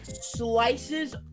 slices